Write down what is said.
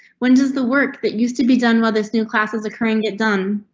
when does the work that used to be done with this new class is occurring? it done.